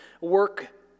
work